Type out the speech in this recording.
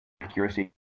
accuracy